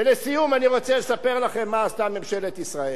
ולסיום אני רוצה לספר לכם מה עשתה ממשלת ישראל.